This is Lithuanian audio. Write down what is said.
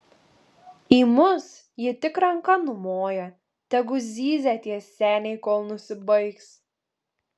į mus ji tik ranka numoja tegu zyzia tie seniai kol nusibaigs